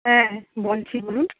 হ্যাঁ বলছি বলুন